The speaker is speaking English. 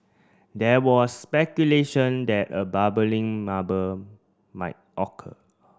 there was speculation that a bubbling might occur